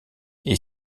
est